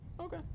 Okay